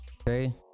Okay